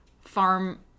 Farm